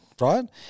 right